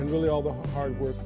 and really all the hard work